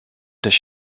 does